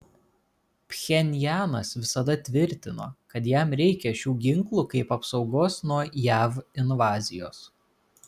pchenjanas visada tvirtino kad jam reikia šių ginklų kaip apsaugos nuo jav invazijos